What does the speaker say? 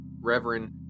Reverend